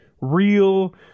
real